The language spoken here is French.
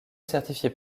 certifiés